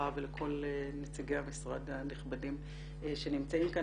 ולכל נציגי המשרד הנכבדים שנמצאים כאן.